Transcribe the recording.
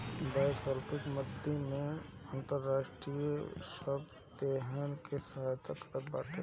वैश्विक मंदी में अंतर्राष्ट्रीय वित्त सब देसन के सहायता करत बाटे